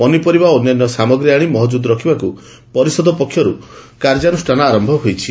ପନିପରିବା ଓ ଅନ୍ୟାନ୍ୟ ସାମଗ୍ରୀ ଆଶି ମହଜୁଦ ରଖିବାକୁ ପରିଷଦ ପକ୍ଷରୁ କାର୍ଯ୍ୟାନୁଷ୍ଠାନ ଆରମ୍ଭ ହୋଇଛି